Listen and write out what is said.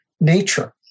nature